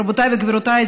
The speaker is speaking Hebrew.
רבותיי וגבירותיי,